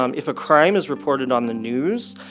um if a crime is reported on the news,